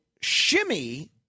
Shimmy